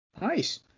Nice